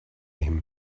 him